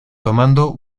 tomando